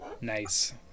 Nice